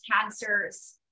cancers